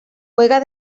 juega